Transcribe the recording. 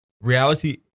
Reality